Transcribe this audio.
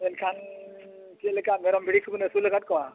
ᱮᱱᱠᱷᱟᱱ ᱪᱮᱫ ᱞᱮᱠᱟ ᱢᱮᱨᱚᱢ ᱵᱷᱤᱲᱤ ᱠᱚᱵᱚᱱ ᱟᱹᱥᱩᱞ ᱟᱠᱟᱫ ᱠᱚᱣᱟ